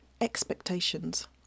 expectations